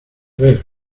ver